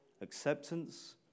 acceptance